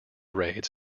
raids